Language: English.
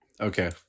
Okay